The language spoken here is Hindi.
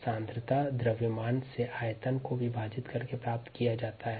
सांद्रता द्रव्यमान से मात्रा को गुणा करके प्राप्त किया जा सकता है